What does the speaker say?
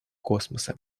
космоса